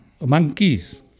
monkeys